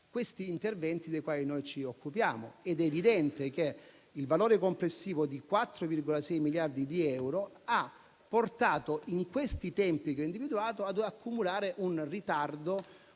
gli interventi dei quali ci occupiamo, ed è evidente che il valore complessivo di 4,6 miliardi di euro, in questi tempi che ho individuato, ha portato ad accumulare un ritardo